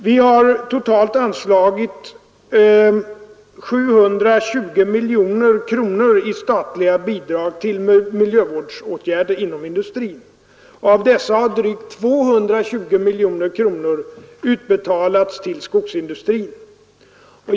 Vi har anslagit totalt 720 miljoner kronor i statliga bidrag på miljövårdsområdet inom industrin, och av detta belopp har drygt 220 miljoner kronor utbetalats till skogsindustrin.